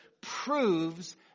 proves